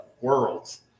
Worlds